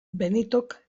benitok